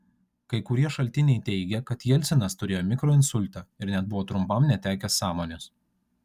kai kurie šaltiniai teigia kad jelcinas turėjo mikroinsultą ir net buvo trumpam netekęs sąmonės